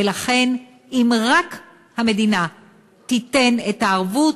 ולכן אם רק המדינה תיתן את הערבות,